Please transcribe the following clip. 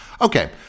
Okay